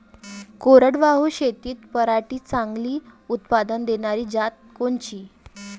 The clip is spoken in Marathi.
कोरडवाहू शेतीत पराटीचं चांगलं उत्पादन देनारी जात कोनची?